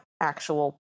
actual